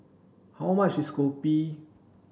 how much is Kopi